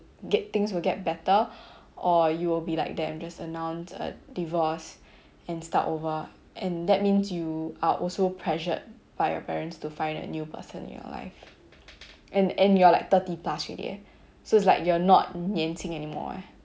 ge~ things will get better or you will be like them just announce a divorce and start over and that means you are also pressured by your parents to find a new person your life and and you're like thirty plus already eh so it's like you're not 年轻 anymore eh